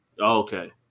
Okay